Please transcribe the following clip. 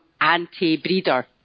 anti-breeder